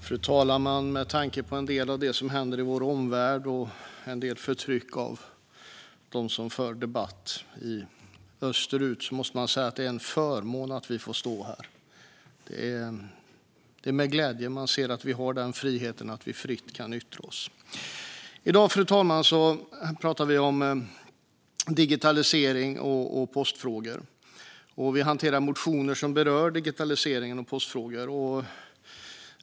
Fru talman! Med tanke på vad som händer i vår omvärld i form av förtryck av dem som för debatt österut måste man säga att det är en förmån att vi får stå här. Det är med glädje man ser att vi har denna frihet att yttra oss. Fru talman! I dag hanterar vi motioner som berör digitaliseringen och postfrågor.